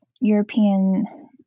European